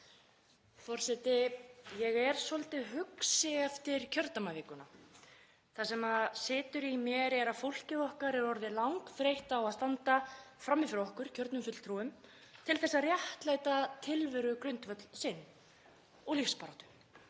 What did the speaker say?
Forseti. Ég er svolítið hugsi eftir kjördæmavikuna. Það sem situr í mér er að fólkið okkar er orðið langþreytt á að standa frammi fyrir okkur, kjörnum fulltrúum, til að réttlæta tilverugrundvöll sinn og lífsbaráttu,